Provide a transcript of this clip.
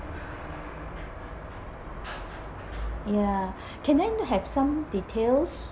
ya can I have some details